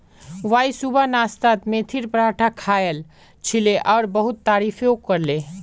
Y सुबह नाश्तात मेथीर पराठा खायाल छिले और बहुत तारीफो करले